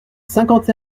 cinquante